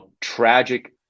tragic